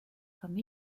comme